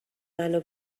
منو